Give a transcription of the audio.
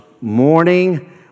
morning